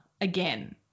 again